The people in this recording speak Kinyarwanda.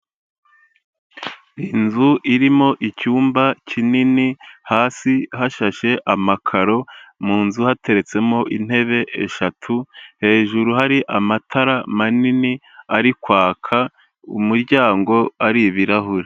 Inzu irimo icyumba kinini, hasi hashashe amakaro, mu nzu hateretsemo intebe eshatu, hejuru hari amatara manini ari kwaka, umuryango ari ibirahure.